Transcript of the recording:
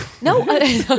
No